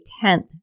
tenth